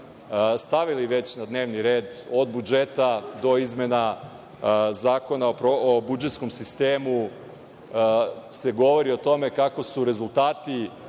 stavili na dnevni red, od budžeta do izmena Zakona o budžetskom sistemu, govori o tome kako su rezultati